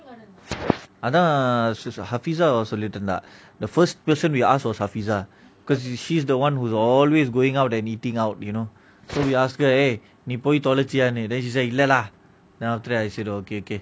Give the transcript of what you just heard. அதன் ஹாபிஸ சொல்லிட்டு இருந்த:athan hafisa solitu iruntha the first person we ask for Hafisa cause she's the one who's always going out and eating out you know so we ask a her eh நீ பொய் தொலச்சிய:nee poi tholachiya then she say இல்ல:illa lah then after that I said okay okay